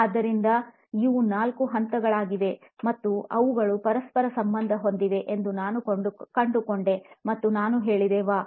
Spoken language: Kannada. ಆದ್ದರಿಂದ ಇವು ನಾಲ್ಕು ಹಂತಗಳಾಗಿವೆ ಮತ್ತು ಅವುಗಳು ಪರಸ್ಪರ ಸಂಬಂಧ ಹೊಂದಿವೆ ಎಂದು ನಾನು ಕಂಡುಕೊಂಡೆ ಮತ್ತು ನಾನು ಹೇಳಿದೆ "ವಾಹ್"